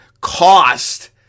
cost